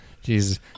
Jesus